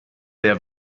der